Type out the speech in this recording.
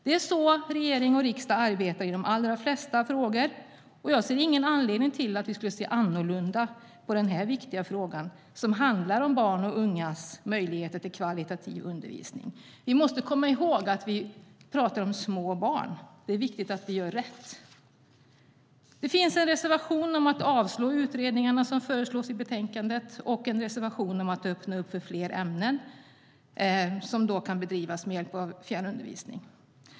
Det är så riksdag och regering arbetar i de allra flesta frågor, och jag ser ingen anledning till att vi skulle se annorlunda på den här viktiga frågan som handlar om barns och ungas möjligheter till högkvalitativ undervisning. Vi måste komma ihåg att vi talar om små barn. Det är viktigt att vi gör rätt. Det finns en reservation i betänkandet om att avslå utredningarna och en reservation om att öppna för att fler ämnen ska kunna erbjudas med hjälp av fjärrundervisning.